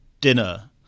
dinner